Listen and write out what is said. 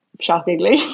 shockingly